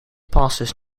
passes